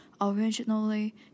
Originally